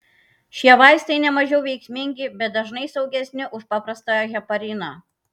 šie vaistai nemažiau veiksmingi bet dažnai saugesni už paprastą hepariną